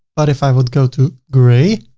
but if i would go to gray,